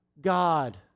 God